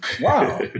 Wow